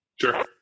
sure